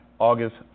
August